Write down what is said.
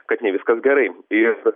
kad ne viskas gerai ir